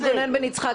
גונן בן יצחק,